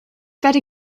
werde